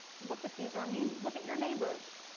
look at these, um i mean look at your neighbors.